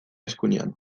eskuinean